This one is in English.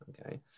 Okay